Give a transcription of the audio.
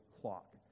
clock